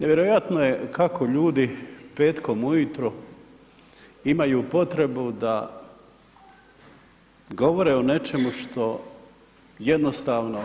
Nevjerojatno je kako ljudi petkom ujutro imaju potrebu da govore o nečemu što jednostavno